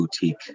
boutique